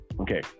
Okay